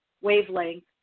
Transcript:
wavelength